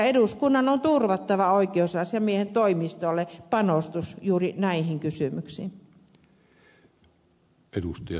eduskunnan on turvattava oikeusasiamiehen toimistolle panostus juuri näihin kysymyksiin